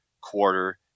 quarter